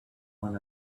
one